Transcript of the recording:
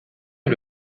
est